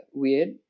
weird